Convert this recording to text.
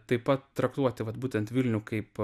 taip pat traktuoti vat būtent vilnių kaip